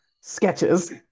sketches